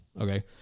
Okay